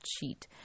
cheat